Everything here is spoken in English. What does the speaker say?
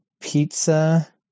pizza